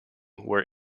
were